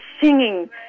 singing